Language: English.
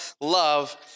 love